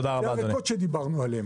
זה הריקות שדיברנו עליהם.